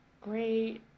Great